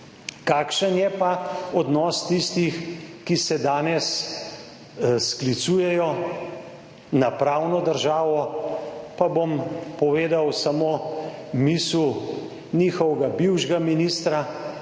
Kakšen je pa odnos tistih, ki se danes sklicujejo na pravno državo, pa bom povedal samo misel njihovega bivšega ministra,